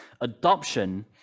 adoption